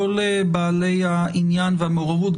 כל בעלי העניין והמעורבות,